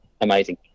amazing